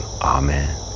amen